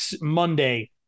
Monday